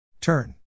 turn